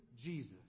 Jesus